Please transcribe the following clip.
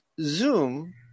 Zoom